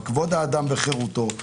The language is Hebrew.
בכבוד האדם וחירותו.